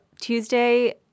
Tuesday